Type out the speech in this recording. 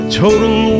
total